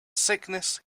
sickness